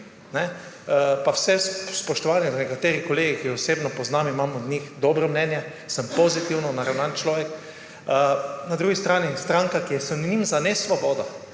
pa vse spoštovanje do nekaterih kolegov, ki jih osebno poznam in imam o njih dobro mnenje, sem pozitivno naravnan človek. Na drugi strani stranka, ki je sinonim za nesvobodo,